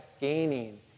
gaining